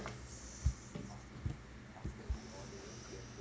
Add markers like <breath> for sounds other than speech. <breath>